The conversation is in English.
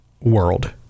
world